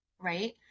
Right